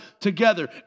together